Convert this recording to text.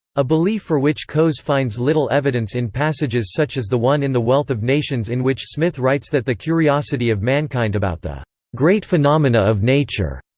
a belief for which coase finds little evidence in passages such as the one in the wealth of nations in which smith writes that the curiosity of mankind about the great phenomena of nature,